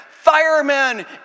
firemen